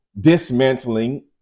dismantling